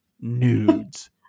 nudes